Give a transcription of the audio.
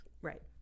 Right